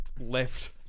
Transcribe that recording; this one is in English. left